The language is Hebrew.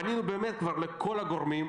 כבר פנינו לכל הגורמים.